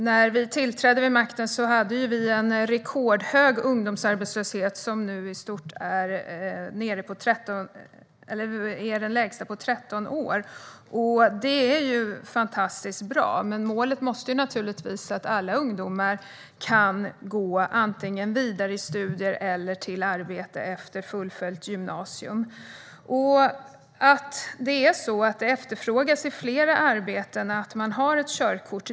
När vi tillträdde makten hade Sverige en rekordhög ungdomsarbetslöshet, som nu är den lägsta på 13 år. Det är fantastiskt bra, men målet måste naturligtvis vara att alla ungdomar kan gå vidare antingen till studier eller till arbete efter fullföljt gymnasium. Det efterfrågas för flera arbeten att man har körkort.